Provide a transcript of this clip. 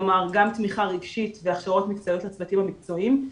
כלומר גם תמיכה רגשית והכשרות מקצועיות לצוותים המקצועיים.